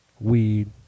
weed